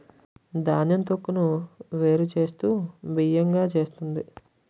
ధాన్యం తొక్కును వేరు చేస్తూ బియ్యం గా చేస్తుంది